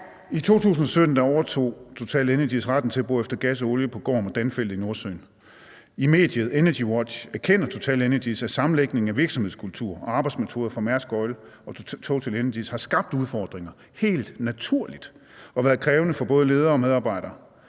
I 2017 overtog TotalEnergies retten til at bore efter gas og olie på Gorm- og Danfeltet i Nordsøen. I mediet EnergiWatch erkender TotalEnergies, at sammenlægningen af virksomhedskulturer og arbejdsmetoder fra Mærsk Oil til TotalEnergies har skabt udfordringer, helt naturligt, og at det har været krævende for både ledere og medarbejdere.